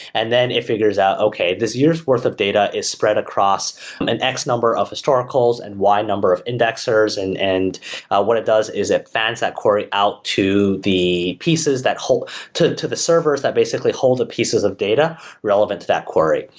and then it figures out okay, this years' worth of data is spread across an x number of historicals and y number of indexers and and what it does is it fans that query out to the pieces that hold to to the servers that basically hold the pieces of data relevant to that query.